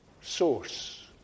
source